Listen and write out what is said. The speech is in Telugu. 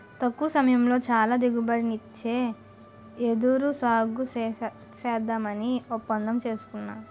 తక్కువ సమయంలో చాలా దిగుబడినిచ్చే వెదురు సాగుసేద్దామని ఒప్పందం సేసుకున్నాను